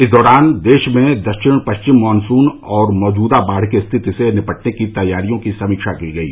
इस दौरान देश में दक्षिण पश्चिम मॉनसुन और मौजूदा बाढ़ की स्थिति से निपटने की तैयारियों की समीक्षा की गई